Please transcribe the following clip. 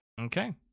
Okay